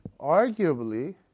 arguably